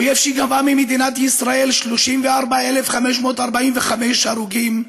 אויב שגבה ממדינת ישראל 34,545 הרוגים,